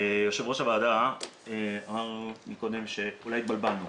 יו"ר הוועדה אמר קודם שאולי התבלבלנו,